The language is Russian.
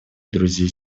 друзей